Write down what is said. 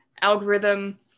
algorithm